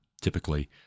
typically